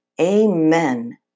Amen